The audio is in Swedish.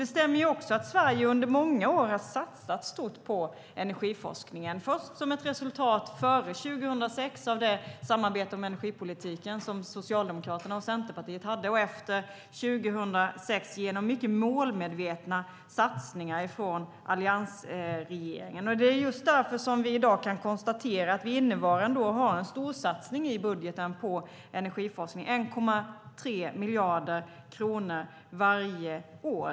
Det stämmer att Sverige under många år har satsat stort på energiforskningen, först som ett resultat före 2006 av det samarbete om energipolitiken som Socialdemokraterna och Centerpartiet hade och sedan efter 2006 genom mycket målmedvetna satsningar från alliansregeringen. Det är just därför som vi i dag kan konstatera att vi innevarande år har en storsatsning i budgeten på energiforskning. Det är 1,3 miljarder kronor varje år.